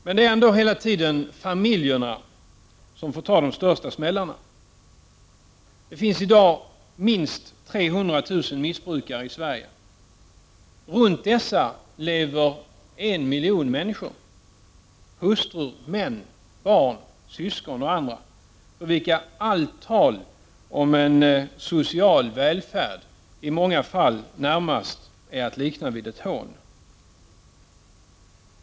Men det är ändå hela tiden familjerna som får ta de största smällarna. Det finns i dag minst 300000 missbrukare i Sverige. Runt dessa lever en miljon människor — hustrur, män, barn, syskon och andra — för vilka allt tal om en social välfärd närmast är att likna vid ett hån.